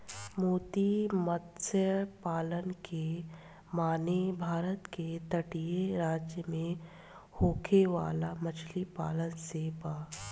मोती मतस्य पालन के माने भारत के तटीय राज्य में होखे वाला मछली पालन से बा